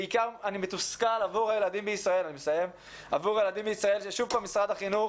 בעיקר אני מתוסכל עבור הילדים בישראל ששוב פעם משרד החינוך